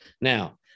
Now